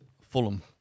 Fulham